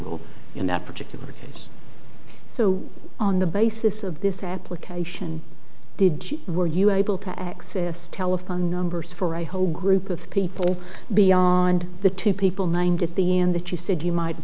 rule in that particular case so on the basis of this application did you were you able to access telephone numbers for a whole group of people beyond the two people ninety at the end that you said you might